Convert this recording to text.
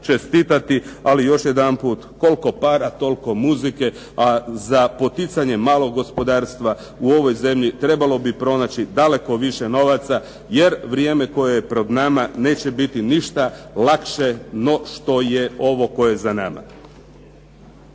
čestitati, ali još jedanput koliko para toliko muzike, a za poticanje malog gospodarstva u ovoj zemlje trebalo bi pronaći daleko više novaca jer vrijeme koje je pred nama neće biti ništa lakše no što je ovo koje je za nama.